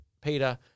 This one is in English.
Peter